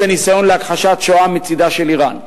הניסיון להכחשת השואה מצדה של אירן.